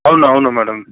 అవును అవును మ్యాడం